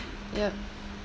yup